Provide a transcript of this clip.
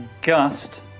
gust